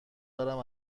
دارم